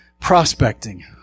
prospecting